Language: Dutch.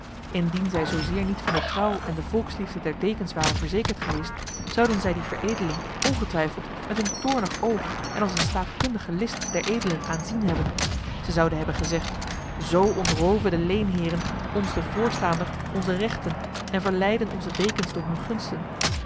indien zij zozeer niet van de trouw en de volksliefde der dekens waren verzekerd geweest zouden zij die veredeling ongetwijfeld met een toornig oog en als een staatkundige list der edelen aanzien hebben zij zouden hebben gezegd zo ontroven de leenheren ons de voorstaanders onzer rechten en verleiden onze dekens door hun gunsten